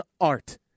art